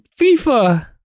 FIFA